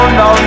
no